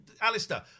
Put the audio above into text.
Alistair